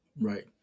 Right